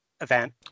event